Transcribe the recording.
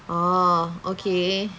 oh okay